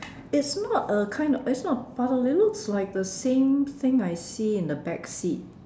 it's not a kind it's not puddle but it looks like the same same I see in the back seat